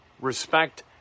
respect